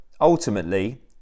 ultimately